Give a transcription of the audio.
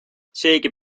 seegi